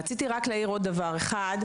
רציתי רק להעיר עוד דבר אחד.